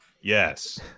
yes